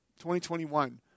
2021